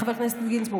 חבר הכנסת גינזבורג,